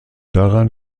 daran